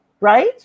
right